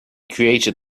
created